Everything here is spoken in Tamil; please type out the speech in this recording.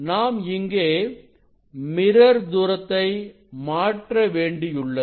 நாம் இங்கே மிரர் தூரத்தை மாற்ற வேண்டியுள்ளது